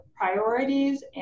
priorities